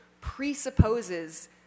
presupposes